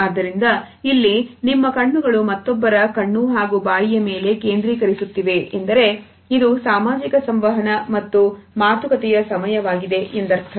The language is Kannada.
ಆದ್ದರಿಂದ ಇಲ್ಲಿ ನಿಮ್ಮ ಕಣ್ಣುಗಳು ಮತ್ತೊಬ್ಬರ ಕಣ್ಣು ಹಾಗೂ ಬಾಯಿಯ ಮೇಲೆ ಕೇಂದ್ರೀಕರಿಸುತ್ತಿವೆ ಎಂದರೆ ಇದು ಸಾಮಾಜಿಕ ಸಂವಹನ ಮತ್ತು ಮಾತುಕತೆಯ ಸಮಯವಾಗಿದೆ ಎಂದರ್ಥ